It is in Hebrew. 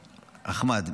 --- אחמד,